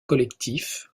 collectif